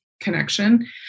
connection